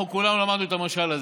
אנחנו כולנו למדנו את המשל הזה.